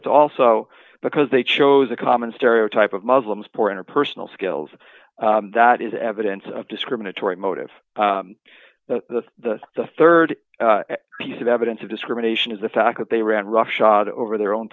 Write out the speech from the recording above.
it's also because they chose a common stereotype of muslims poor interpersonal skills that is evidence of discriminatory motive the the rd piece of evidence of discrimination is the fact that they ran roughshod over their own